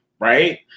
Right